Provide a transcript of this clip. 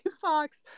Fox